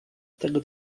tego